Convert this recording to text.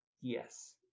Yes